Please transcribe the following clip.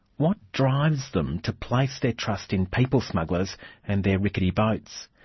what drives them to place their trust in people smugglers and their rickety boats?